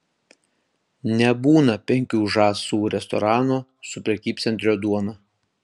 nebūna penkių žąsų restorano su prekybcentrio duona